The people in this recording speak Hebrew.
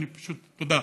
תודה.